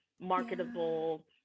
marketable